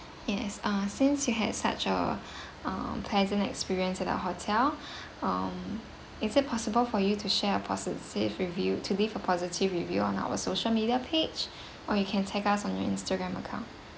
yes ah since you had such a um pleasant experience at our hotel um is it possible for you to share a positive review to leave a positive review on our social media page or you can tag us on your Instagram account